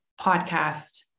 podcast